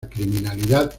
criminalidad